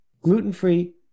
gluten-free